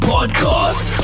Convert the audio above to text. Podcast